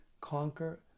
conquer